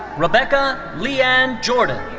rebecca leann jordan.